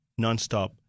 nonstop